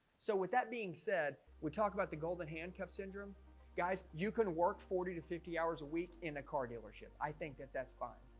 so with that being said we talked about the golden handcuffs syndrome guys you can work forty to fifty hours a week in a car dealership i think that that's fine.